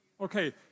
Okay